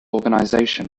organization